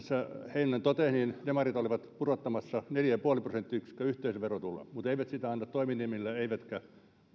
heinonen totesi demarit olivat pudottamassa neljä pilkku viisi prosenttiyksikköä yhteisöverotuloja mutta eivät sitä anna toiminimille eivätkä